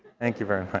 thank you very